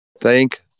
Thank